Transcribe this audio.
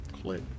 Click